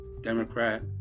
democrat